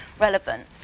relevant